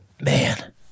Man